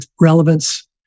relevance